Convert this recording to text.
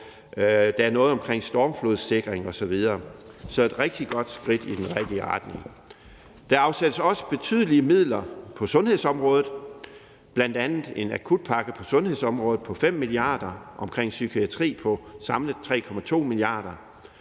Der er noget omkring stormflodssikring osv. Så det er et rigtig godt skridt i den rigtige retning. Der afsættes også betydelige midler på sundhedsområdet, bl.a. en akutpakke på 5 mia. kr. og omkring psykiatri samlet 3,2 mia.